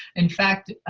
in fact,